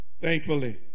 Thankfully